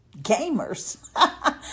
gamers